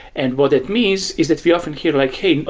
and what it means is that we often hear like, hey,